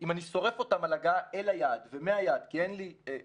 אם אני שורף אותם על הגעה אל היעד ומהיעד כי אין לי איפה